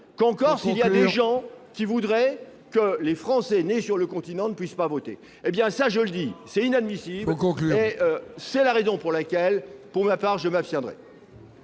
: en Corse, il y a des gens qui voudraient que les Français nés sur le continent ne puissent pas voter ! Veuillez conclure ! Ça, c'est inadmissible. C'est la raison pour laquelle, pour ma part, je m'abstiendrai.